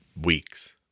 weeks